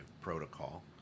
protocol